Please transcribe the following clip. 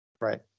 Right